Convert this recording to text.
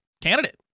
candidate